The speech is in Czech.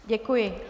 Děkuji.